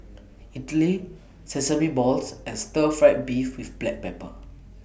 Idly Sesame Balls and Stir Fried Beef with Black Pepper